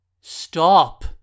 Stop